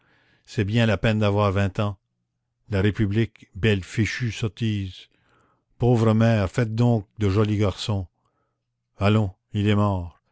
c'est bien la peine d'avoir vingt ans la république belle fichue sottise pauvres mères faites donc de jolis garçons allons il est mort